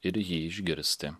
ir jį išgirsti